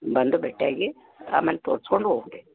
ಬಂದು ಭೇಟಿಯಾಗಿ ಆಮೇಲೆ ತೋರ್ಸ್ಕೊಂಡು ಹೋಗಿ ರೀ